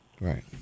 Right